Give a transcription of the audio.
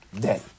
day